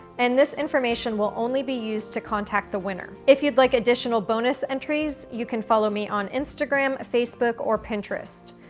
and this information will only be used to contact the winner. if you'd like additional bonus entries, you can follow me on instagram, facebook, or pinterest.